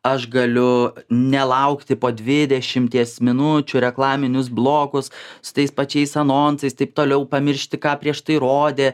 aš galiu nelaukti po dvidešimties minučių reklaminius blokus su tais pačiais anonsais taip toliau pamiršti ką prieš tai rodė